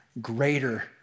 greater